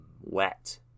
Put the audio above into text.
wet